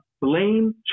blame